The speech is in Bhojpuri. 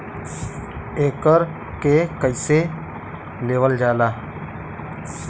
एकरके कईसे लेवल जाला?